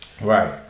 Right